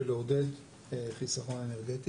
של לעודד חיסכון אנרגטי.